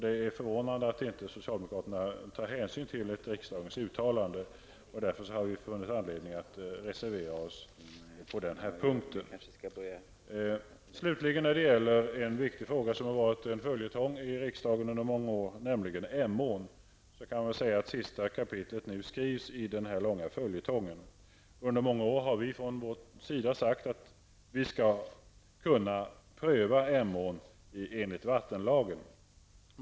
Det är förvånande att socialdemokraterna inte tar hänsyn till ett riksdagens uttalande. Därför har vi funnit anledning att reservera oss på den punkten. Slutligen har vi en viktig fråga som har varit en följetong i riksdagen under många år, nämligen Emån. Sista kapitlet skrivs nu i denna långa följetong. Under många år har vi från moderaternas sida hävdat att det skall kunna gå att pröva Emån enligt vattenlagen.